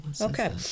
Okay